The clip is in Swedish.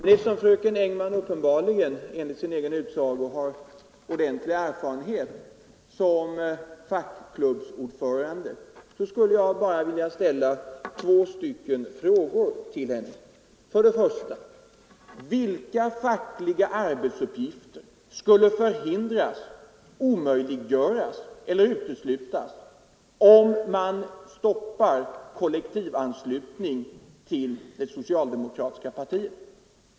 Eftersom fröken Engman uppenbarligen, enligt sin egen utsago, har ordentlig erfarenhet som fackklubbsordförande, skulle jag bara vilja ställa två frågor till henne. Den första frågan lyder: Vilka fackliga arbetsuppgifter skulle förhindras, omöjliggöras eller uteslutas om man stoppar kollektivanslutningen till det socialdemokratiska partiet?